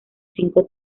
cinco